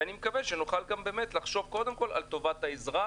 אני מקווה שנוכל לחשוב קודם כול על טובת האזרח